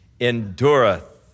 endureth